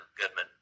Goodman